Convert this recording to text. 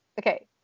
Okay